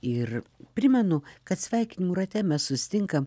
ir primenu kad sveikinimų rate mes susitinkam